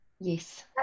Yes